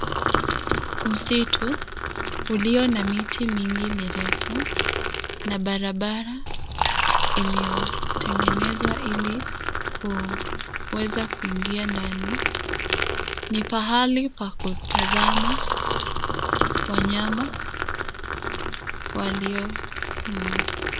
Msitu, ulio na miti mingi mirefu na barabara iliyo, tengenezwa ili, ku, weza kuingia ndani. Ni pahali pa kutazama, wanyama, walio, humu.